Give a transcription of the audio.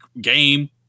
game